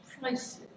prices